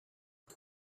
and